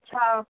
अच्छा